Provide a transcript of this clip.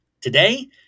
Today